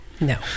No